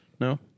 No